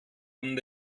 und